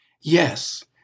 Yes